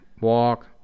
walk